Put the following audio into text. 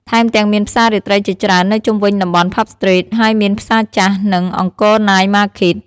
ថែមទាំងមានផ្សាររាត្រីជាច្រើននៅជុំវិញតំបន់ផាប់ស្ទ្រីត ហើយមានផ្សារចាស់ និង អង្គរណាយ ម៉ាឃីត (Angkor Night Market)។